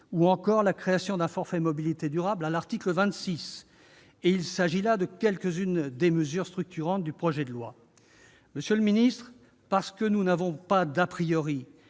ou encore la création d'un forfait mobilité durable à l'article 26. Il s'agit là de quelques-unes des mesures structurantes du projet de loi. Monsieur le secrétaire d'État, parce que nous n'avons pas d'et parce